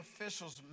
officials